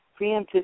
Preemptive